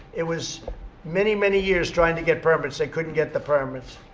it was many, many years trying to get permits they couldn't get the permits.